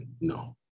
No